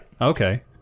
Okay